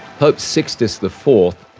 pope sixtus the fourth,